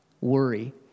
worry